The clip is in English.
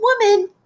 woman